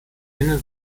sinne